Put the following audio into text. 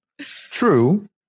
True